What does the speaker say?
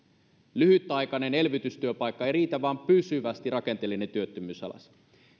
lyhytaikainen elvytystyöpaikka ei riitä vaan pysyvästi rakenteellinen työttömyys alas